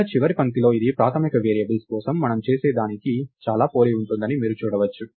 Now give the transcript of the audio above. ఇక్కడ చివరి పంక్తిలో ఇది ప్రాథమిక వేరియబుల్స్ కోసం మనం చేసేదానికి చాలా పోలి ఉంటుందని మీరు చూడవచ్చు